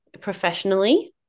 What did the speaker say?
professionally